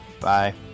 Bye